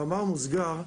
במאמר מוסגר,